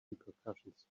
repercussions